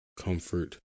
comfort